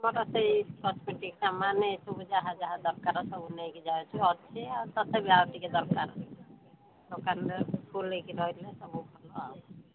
ମୋର ସେଇ କସମେଟିକ୍ ସାମାନ ଏସବୁ ଯାହା ଯାହା ଦରକାର ନେଇକି ଯାଉଚୁ ତଥାପି ଆଉ ଟିକେ ଦରକାର ଦୋକାନରେ ଫୁଲ୍ ହେଇକି ରହିଲେ ସବୁ ଭଲ